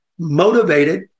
motivated